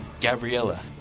Gabriella